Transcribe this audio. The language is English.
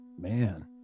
man